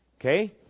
Okay